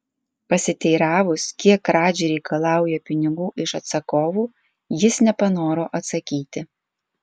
pasiteiravus kiek radži reikalauja pinigų iš atsakovų jis nepanoro atsakyti